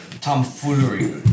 tomfoolery